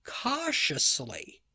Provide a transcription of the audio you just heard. cautiously